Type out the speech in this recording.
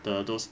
the those